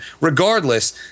Regardless